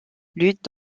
lutte